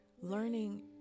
learning